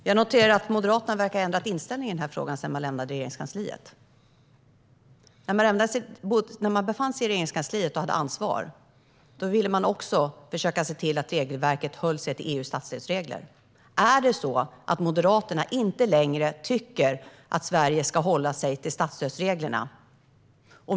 Herr talman! Jag noterar att Moderaterna verkar ha ändrat inställning i frågan sedan de lämnade Regeringskansliet. När de befann sig i Regeringskansliet och hade ansvar ville de också se till att regelverket höll sig till EU:s statsstödsregler. Tycker inte Moderaterna längre att Sverige ska hålla sig till statsstödsreglerna?